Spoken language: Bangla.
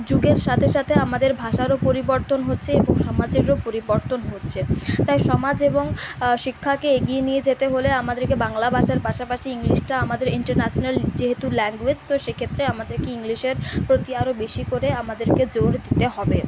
যুগের সাথে সাথে আমাদের ভাষারও পরিবর্তন হচ্ছে এবং সমাজেরও পরিবর্তন হচ্ছে তাই সমাজ এবং শিক্ষাকে এগিয়ে নিয়ে যেতে হলে আমাদেরকে বাংলা ভাষার পাশাপাশি ইংলিশটা আমাদের ইন্টারন্যাশন্যাল যেহেতু ল্যাঙ্গুয়েজ তো সেক্ষেত্রে আমাদেরকে ইংলিশের প্রতি আরও বেশি করে আমাদেরকে জোর দিতে হবে